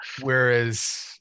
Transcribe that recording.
whereas